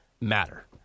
matter